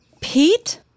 Pete